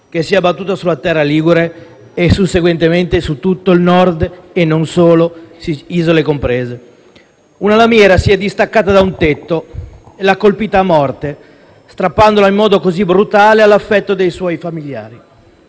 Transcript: che si è abbattuta sulla terra ligure e, susseguentemente, su tutto il Nord e non solo, isole comprese. Una lamiera si è distaccata da un tetto e l'ha colpita a morte, strappandola così in modo brutale all'affetto dei suoi familiari,